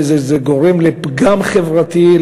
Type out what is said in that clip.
זה גורם לפגם חברתי,